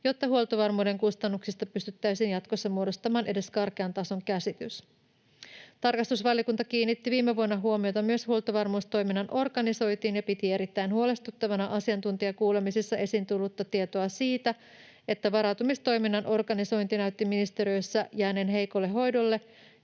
jotta huoltovarmuuden kustannuksista pystyttäisiin jatkossa muodostamaan edes karkean tason käsitys. Tarkastusvaliokunta kiinnitti viime vuonna huomiota myös huoltovarmuustoiminnan organisointiin ja piti erittäin huolestuttavana asiantuntijakuulemisissa esiin tullutta tietoa siitä, että varautumistoiminnan organisointi näytti ministeriöissä jääneen heikolle hoidolle